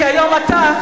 כי היום אתה,